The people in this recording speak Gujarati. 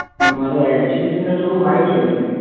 મારું એજ્યુકેશન થોડું હાઈ છે મેમ